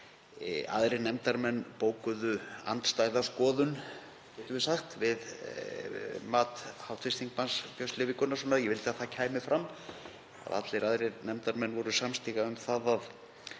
Aðrir nefndarmenn bókuðu andstæða skoðun, getum við sagt, við mat hv. þm. Björns Levís Gunnarssonar, ég vildi að það kæmi fram. Allir aðrir nefndarmenn voru samstiga um það að